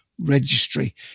Registry